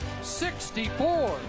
64